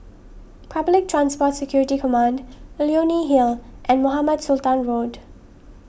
Public Transport Security Command Leonie Hill and Mohamed Sultan Road